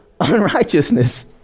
unrighteousness